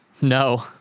No